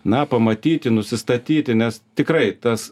na pamatyti nusistatyti nes tikrai tas